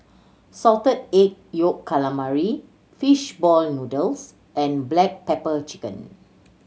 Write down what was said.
Salted Egg Yolk Calamari fish ball noodles and black pepper chicken